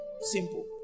Simple